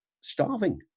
starving